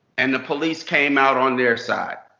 and the police came out on their side.